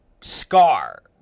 scar